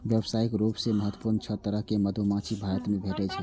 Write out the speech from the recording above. व्यावसायिक रूप सं महत्वपूर्ण छह तरहक मधुमाछी भारत मे भेटै छै